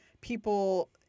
people